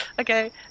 Okay